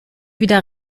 wieder